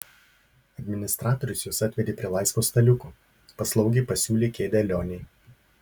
administratorius juos atvedė prie laisvo staliuko paslaugiai pasiūlė kėdę lionei